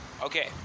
Okay